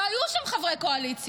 לא היו שם חברי קואליציה,